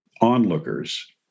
onlookers